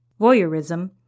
voyeurism